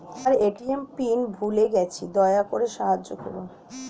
আমার এ.টি.এম এর পিন ভুলে গেছি, দয়া করে সাহায্য করুন